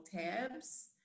Tabs